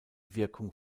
wirkung